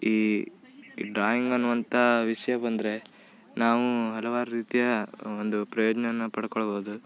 ಈ ಈ ಡ್ರಾಯಿಂಗ್ ಅನ್ನುವಂಥ ವಿಷಯ ಬಂದರೆ ನಾವು ಹಲವಾರು ರೀತಿಯ ಒಂದು ಪ್ರಯೋಜನ ಪಡ್ಕೊಳ್ಬೋದು